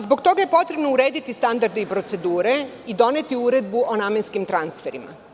Zbog toga je potrebno urediti standarde i procedure i doneti uredbu o namenskim transferima.